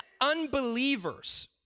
unbelievers